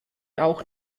auch